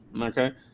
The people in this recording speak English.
okay